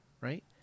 right